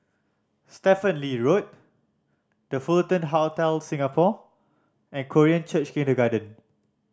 Stephen Lee Road The Fullerton Hotel Singapore and Korean Church Kindergarten